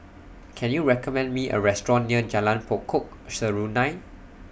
Can YOU recommend Me A Restaurant near Jalan Pokok Serunai